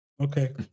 Okay